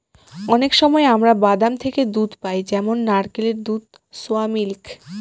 অনেক সময় আমরা বাদাম থেকে দুধ পাই যেমন নারকেলের দুধ, সোয়া মিল্ক